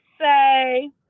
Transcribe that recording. say